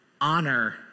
Honor